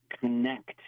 connect